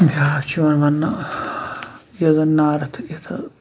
بیٛاکھ چھِ یِوان وَننہٕ یۄس زَن نارٕتھ یِتھٕ